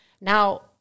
Now